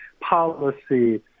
policy